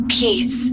peace